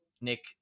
Nick